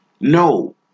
No